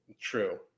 True